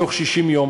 בתוך 60 יום